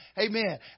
Amen